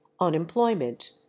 unemployment